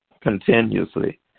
continuously